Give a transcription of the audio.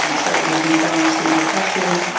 um so you know anxiety and depression,